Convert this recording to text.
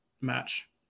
match